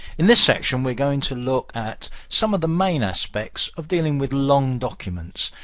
in this section, we're going to look at some of the main aspects of dealing with long documents.